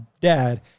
dad